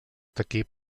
equip